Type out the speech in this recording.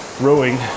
rowing